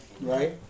Right